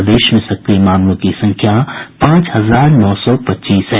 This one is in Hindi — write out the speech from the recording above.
प्रदेश में सक्रिय मामलों की संख्या पांच हजार नौ सौ पच्चीस है